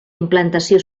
implantació